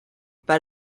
but